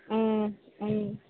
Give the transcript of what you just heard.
ம் ம் ம்